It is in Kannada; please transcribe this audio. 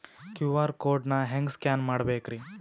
ಕ್ಯೂ.ಆರ್ ಕೋಡ್ ನಾ ಹೆಂಗ ಸ್ಕ್ಯಾನ್ ಮಾಡಬೇಕ್ರಿ?